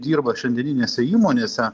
dirba šiandieninėse įmonėse